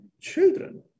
children